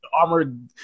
Armored